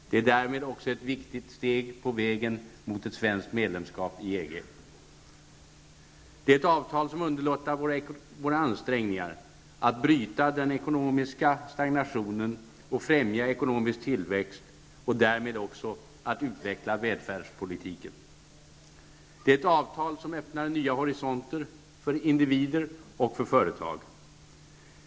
Det är därmed också ett viktigt steg på vägen mot svenskt medlemskap i Det är ett avtal som underlättar våra ansträngningar att bryta den ekonomiska stagnationen och främja ekonomisk tillväxt, och därmed att utveckla välfärdspolitiken. Det är ett avtal som öppnar nya horisonter -- för individer och företag.